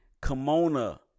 Kimona